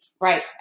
Right